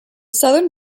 southern